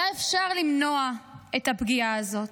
--- היה אפשר למנוע את הפגיעה הזאת.